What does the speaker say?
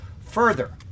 Further